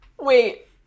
Wait